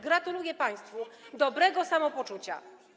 Gratuluję państwu dobrego samopoczucia.